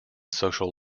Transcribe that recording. social